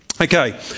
Okay